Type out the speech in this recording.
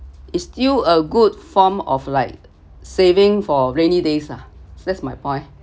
is still a good form of like saving for rainy days lah that's my point